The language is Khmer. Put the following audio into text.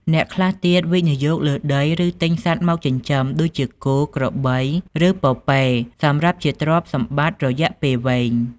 អ្នកខ្លះទៀតវិនិយោគលើដី ឬទិញសត្វមកចិញ្ចឹម ដូចជាគោ ក្របី ឬ ពពែ សម្រាប់ជាទ្រព្យសម្បត្តិរយៈពេលវែង។